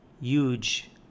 huge